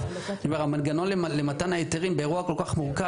אומנם יש הסדרה של כל האישורים מראש,